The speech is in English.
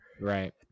right